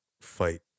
fight